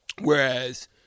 whereas